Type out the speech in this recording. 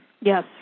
Yes